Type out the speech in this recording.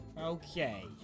Okay